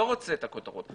לא רוצה את הכותרות,